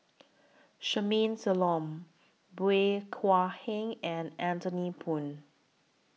Charmaine Solomon Bey Hua Heng and Anthony Poon